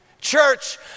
Church